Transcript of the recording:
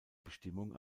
bestimmung